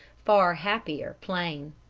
far happier, plane.